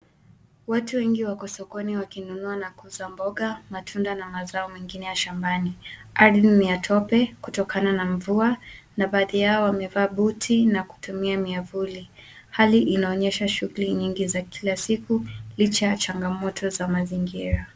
Watu wengi wako sokoni wakinunua na kuuza mboga matunda na mazao mengine ya shambani hali ni ya tope kutokana na mvua na baadhi yao wamevaa buti na na kutumia miavuli hali inaonyesha shughuli nyingi za kila siku licha ya changamoto za mazingira